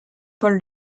paul